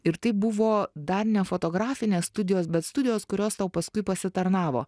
ir tai buvo dar ne fotografinės studijos bet studijos kurios tau paskui pasitarnavo